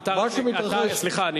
סליחה,